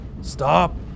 stop